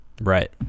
right